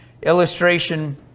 illustration